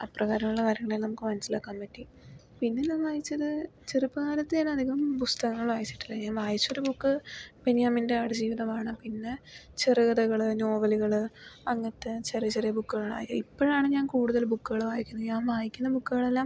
അപ്പ്രകരമാണ് വരുന്നത് എന്ന് മനസിലാക്കാൻ പറ്റി പിന്നെ ഞാൻ വായിച്ചത് ചെറുപ്പകാലത്ത് ഞാൻ അധികം പുസ്തകങ്ങൾ വായിച്ചിട്ടില്ല ഞാൻ വായിച്ച ഒരു ബുക്ക് ബെന്യാമിൻ്റെ ആട് ജീവിതമാണ് പിന്നെ ചെറുകഥകള് നോവലുകള് അങ്ങനത്തെ ചെറിയ ചെറിയ ബുക്കുകള് ഇപ്പഴാണ് ഞാൻ കൂടുതൽ ബുക്കുകൾ വായിക്കുന്നത് ഞാൻ വായിക്കുന്ന ബുക്കുകൾ എല്ലാം